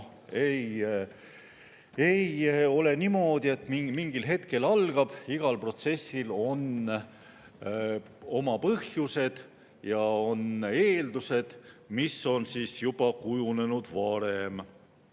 ei ole niimoodi, et mingil hetkel algab. Igal protsessil on oma põhjused ja on eeldused, mis on juba kujunenud varem.